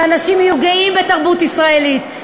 שאנשים יהיו גאים בתרבות ישראלית,